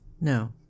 No